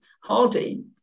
hardy